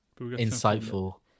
insightful